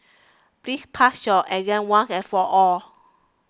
please pass your exam once and for all